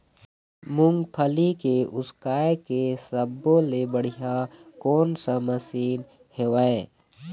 मूंगफली के उसकाय के सब्बो ले बढ़िया कोन सा मशीन हेवय?